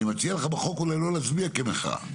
אני מציע לך בחוק אולי לא להצביע כמחאה.